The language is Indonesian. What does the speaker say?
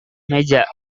meja